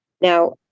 Now